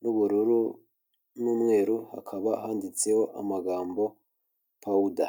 n'ubururu, n'umweru, hakaba handitseho amagambo pawuda.